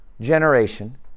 generation